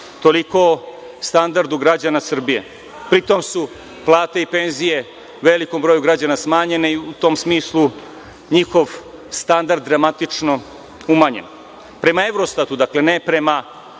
Toliko o standardu građana Srbije. Pri tome su plate i penzije velikom broju građana smanjene i u tom smislu njihov standard dramatično je umanjen. Prema Evrostatu, dakle, ne prema podacima